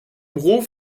ruf